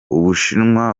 ubushinwa